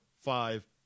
five